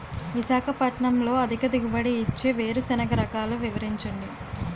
విశాఖపట్నంలో అధిక దిగుబడి ఇచ్చే వేరుసెనగ రకాలు వివరించండి?